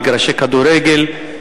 מגרשי כדורגל,